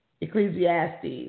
Ecclesiastes